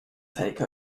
take